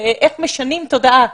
אך משנים תודעה.